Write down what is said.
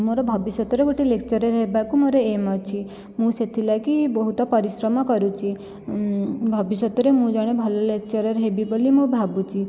ମୋର ଭବିଷ୍ୟତରେ ଗୋଟିଏ ଲେକ୍ଚରର ହେବାକୁ ମୋର ଏମ୍ ଅଛି ମୁଁ ସେଥିଲାଗି ବହୁତ ପରିଶ୍ରମ କରୁଛି ଭବିଷ୍ୟତରେ ମୁଁ ଜଣେ ଭଲ ଲେକ୍ଚରର ହେବି ବୋଲି ମୁଁ ଭାବୁଛି